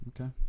Okay